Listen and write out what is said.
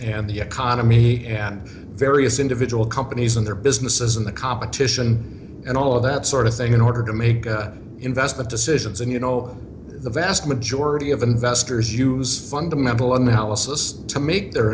and the economy and various individual companies and their businesses and the competition and all of that sort of thing in order to make good investment decisions and you know the vast majority of investors use fundamental analysis to make their